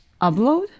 upload